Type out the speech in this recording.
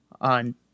on